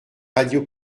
radio